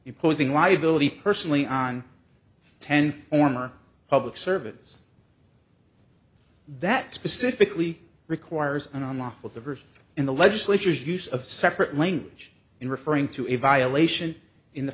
imposing liability personally on ten former public services that specifically requires an unlawful diversion in the legislature's use of separate language in referring to a violation in the